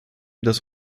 dass